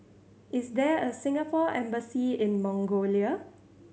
is there a Singapore Embassy in Mongolia